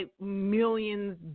millions